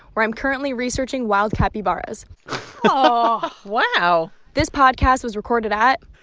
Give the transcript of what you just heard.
where i'm currently researching wild capybaras um aww wow this podcast was recorded at.